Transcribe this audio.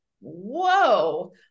whoa